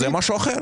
זה משהו אחר.